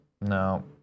No